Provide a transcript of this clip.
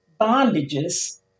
bondages